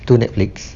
to Netflix